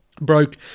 broke